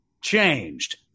changed